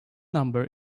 number